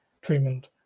treatment